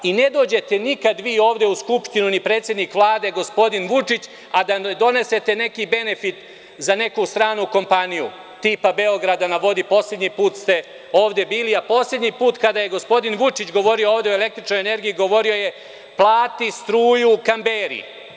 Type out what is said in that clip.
I ne dođete nikad vi ovde u Skupštini ni predsednik Vlade gospodin Vučić, a da ne donesete neki benefit za neku stranu kompaniju, tipa „Beograda na vodi“, poslednji put ste ovde bili, a poslednji put kada je gospodin Vučić govorio o električnoj energiji govorio je – plati struju Kamberi.